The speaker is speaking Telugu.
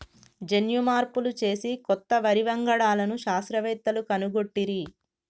జన్యు మార్పులు చేసి కొత్త వరి వంగడాలను శాస్త్రవేత్తలు కనుగొట్టిరి